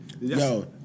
Yo